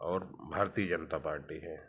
और भारतीय जनता पार्टी है